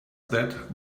that